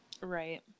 Right